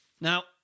now